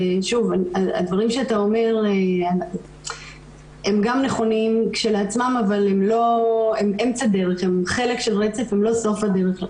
הדברים שאתה אומר הם גם נכונים כשלעצמם אבל הם חלק של רצף ולא סוף הדרך.